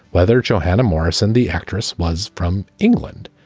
whether johanna morrison, the actress, was from england.